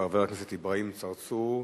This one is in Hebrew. חבר הכנסת אברהים צרצור,